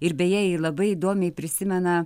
ir beje ji labai įdomiai prisimena